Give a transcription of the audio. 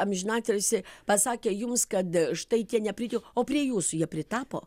amžinatilsį pasakė jums kad štai tie neprite o prie jūsų jie pritapo